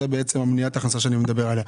זוהי, בעצם, מניעת ההכנסה שאני מדבר עליה.